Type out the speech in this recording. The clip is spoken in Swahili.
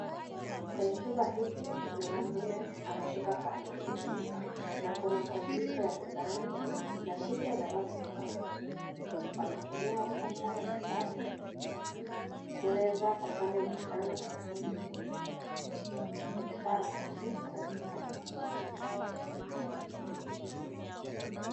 Kwenye chumba hiki kuna mwanaume ameshika faili na kuna kompyuta ya mezani na picha za watu tofauti wakitumia mfumo wa kisasa kuweza kufanya mkutano pamoja. Ni saa ya usiku kwa sababu kuna giza.